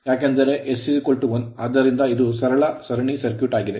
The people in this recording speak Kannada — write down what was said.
ಏಕೆಂದರೆ s1 ಆದ್ದರಿಂದ ಇದು ಸರಳ ಸರಣಿ ಸರ್ಕ್ಯೂಟ್ ಆಗಿದೆ